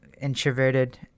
introverted